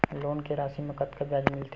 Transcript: Loan के राशि मा कतका ब्याज मिलथे?